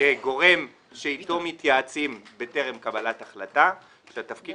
כגורם שאתו מתייעצים בטרם קבלת החלטה שתפקידו